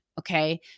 Okay